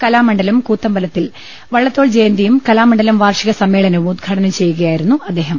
കലാമണ്ഡലം കൂത്ത മ്പലത്തിൽ വള്ളത്തോൾ ജയന്തിയും കലാമണ്ഡലം വാർഷിക സമ്മേള നവും ഉദ്ഘാടനം ചെയ്യുകയായിരുന്നു അദ്ദേഹം